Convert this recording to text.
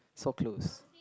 so close